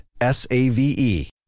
S-A-V-E